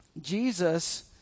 Jesus